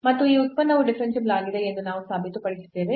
ಮತ್ತು ಈ ಉತ್ಪನ್ನವು ಡಿಫರೆನ್ಸಿಬಲ್ ಆಗಿದೆ ಎಂದು ನಾವು ಸಾಬೀತುಪಡಿಸಿದ್ದೇವೆ